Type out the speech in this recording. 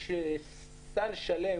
יש סל שלם,